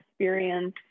experience